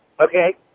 Okay